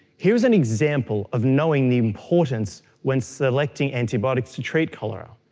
here is an example of knowing the importance when selecting antibiotics to treat cholera.